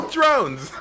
Drones